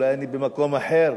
אולי אני במקום אחר.